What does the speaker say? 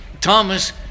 Thomas